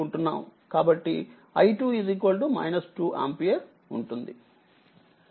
కాబట్టి i2 2ఆంపియర్ ఉంటుంది